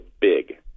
big